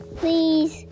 please